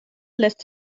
lässt